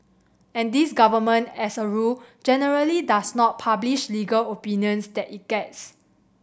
and this government as a rule generally does not publish legal opinions that it gets